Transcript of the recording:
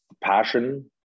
passion